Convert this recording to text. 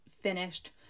finished